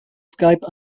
skype